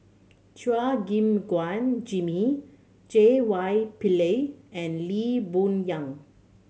Chua Gim Guan Jimmy J Y Pillay and Lee Boon Yang